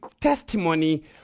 testimony